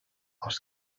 els